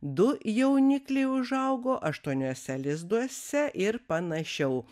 du jaunikliai užaugo aštuoniuose lizduose ir panašiau